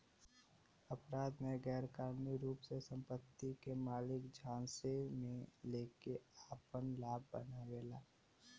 अपराध में गैरकानूनी रूप से संपत्ति के मालिक झांसे में लेके आपन लाभ बनावेला